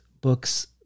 Books